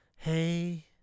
Hey